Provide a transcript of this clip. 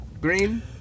Green